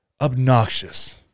obnoxious